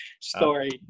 story